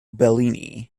bellini